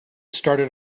started